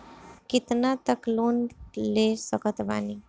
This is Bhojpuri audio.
कितना तक लोन ले सकत बानी?